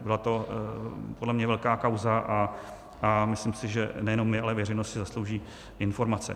Byla to podle mě velká kauza a myslím si, že nejenom my, ale i veřejnost si zaslouží informace.